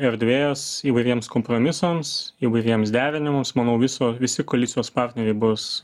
erdvės įvairiems kompromisams įvairiems derinimams manau viso visi koalicijos partneriai bus